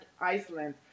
Iceland